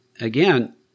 Again